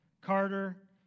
Carter